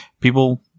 people